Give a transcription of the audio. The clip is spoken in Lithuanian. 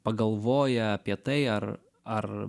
pagalvoja apie tai ar ar